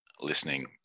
listening